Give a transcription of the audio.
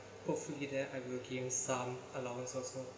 hopefully there I will gain some allowance also